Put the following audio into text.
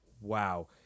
wow